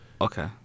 Okay